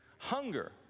Hunger